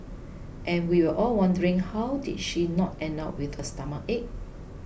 and we were all wondering how did she not end up with a stomachache